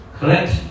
Correct